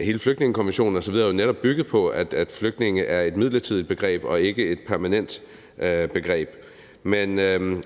i flygtningekonventionen, som netop er bygget på, at flygtninge er et midlertidigt begreb og ikke et permanent begreb. Men